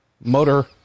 motor